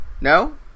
No